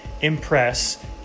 impress